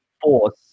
Force